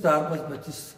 darbas bet jis